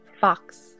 Fox